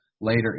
later